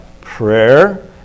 prayer